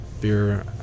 Beer